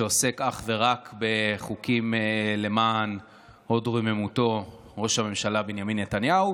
שעוסק אך ורק בחוקים למען הוד רוממותו ראש הממשלה בנימין נתניהו,